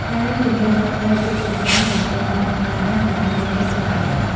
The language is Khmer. ដែនជម្រកសត្វព្រៃ គឺជាតំបន់ដែលត្រូវបានបង្កើតឡើងយ៉ាងយកចិត្តទុកដាក់បំផុត។